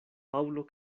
paŭlo